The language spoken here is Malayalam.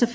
എഫ്